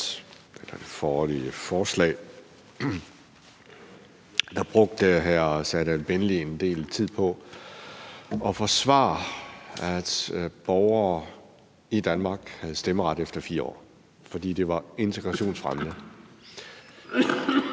ved det forrige forslag brugte hr. Serdal Benli en del tid på at forsvare, at borgere, der er kommet til Danmark, opnår stemmeret efter 4 år, fordi det var integrationsfremmende.